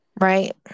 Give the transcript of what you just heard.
Right